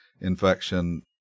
infection